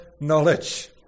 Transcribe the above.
knowledge